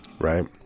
Right